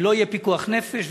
ולא יהיה פיקוח נפש,